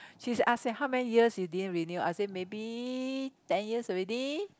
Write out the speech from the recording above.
she ask say how many years you didn't renew I say maybe ten years already